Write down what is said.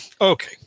okay